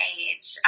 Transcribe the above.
age